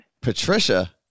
Patricia